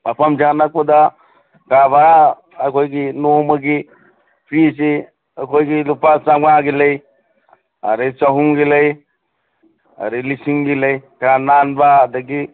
ꯃꯐꯝꯁꯦ ꯑꯅꯛꯄꯗ ꯀꯥ ꯚꯔꯥ ꯑꯩꯈꯣꯏꯒꯤ ꯅꯣꯡꯃꯒꯤ ꯐꯤꯁꯦ ꯑꯩꯈꯣꯏꯒꯤ ꯂꯨꯄꯥ ꯆꯃꯉꯥꯒꯤ ꯂꯩ ꯑꯗꯩ ꯆꯍꯨꯝꯒꯤ ꯂꯩ ꯑꯗꯩ ꯂꯤꯁꯤꯡꯒꯤ ꯂꯩ ꯀꯥ ꯅꯥꯟꯕ ꯑꯗꯒꯤ